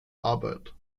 arbeit